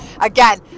Again